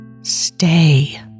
stay